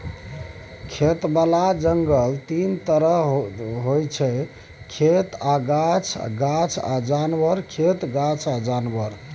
खेतबला जंगल तीन तरहक होइ छै खेत आ गाछ, गाछ आ जानबर, खेत गाछ आ जानबर